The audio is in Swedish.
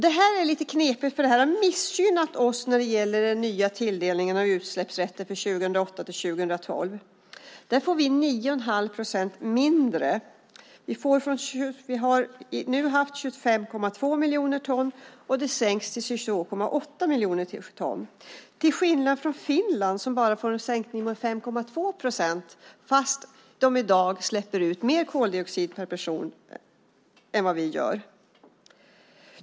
Det är lite knepigt eftersom det missgynnat oss när det gäller den nya tilldelningen av utsläppsrätter för 2008-2012. Vi får 9 1⁄2 procent mindre. Vi har hittills haft 25,2 miljoner ton, vilket nu sänks till 22,8 miljoner ton, detta till skillnad från Finland som bara får en sänkning med 5,2 procent trots att de i dag släpper ut mer koldioxid per person än vi.